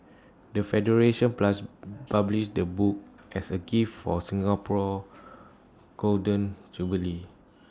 the federation plus published the book as A gift for Singapore Golden Jubilee